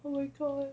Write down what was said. oh my god